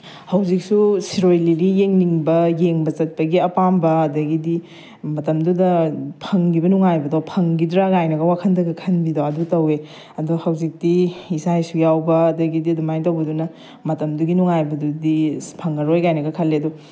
ꯍꯧꯖꯤꯛꯁꯨ ꯁꯤꯔꯣꯏ ꯂꯤꯂꯤ ꯌꯦꯡꯅꯤꯡꯕ ꯌꯦꯡꯕ ꯆꯠꯄꯒꯤ ꯑꯄꯥꯝꯕ ꯑꯗꯒꯤꯗꯤ ꯃꯇꯝꯗꯨꯗ ꯐꯪꯈꯤꯕ ꯅꯨꯡꯉꯥꯏꯕꯗꯣ ꯐꯪꯈꯤꯗ꯭ꯔꯥ ꯀꯥꯏꯅꯒ ꯋꯥꯈꯜꯗꯒ ꯈꯟꯕꯤꯗꯣ ꯑꯗꯨ ꯇꯧꯏ ꯑꯗꯨ ꯍꯧꯖꯤꯛꯇꯤ ꯏꯆꯥ ꯏꯁꯨ ꯌꯥꯎꯕ ꯑꯗꯒꯤꯗꯤ ꯑꯗꯨꯃꯥꯏꯅ ꯇꯧꯕꯗꯨꯅ ꯃꯇꯝꯗꯨꯒꯤ ꯅꯨꯡꯉꯥꯏꯕꯗꯨꯗꯤ ꯑꯁ ꯐꯪꯉꯔꯣꯏ ꯀꯥꯏꯅꯒ ꯈꯜꯂꯤ ꯑꯗꯨ